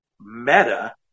Meta